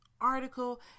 article